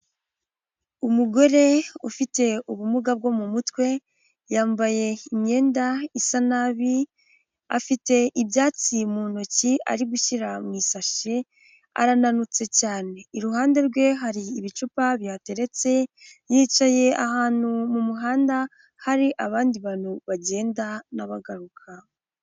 Umugore ufite ubumuga bwo mu mutwe yambaye imyenda isa nabi afite ibyatsi mu ntoki ari gushyira mu isashe arananutse cyane, iruhande rwe hari ibicupa bihateretse yicaye ahantu mu muhanda hari abandi bantu bagenda n'abagaruka.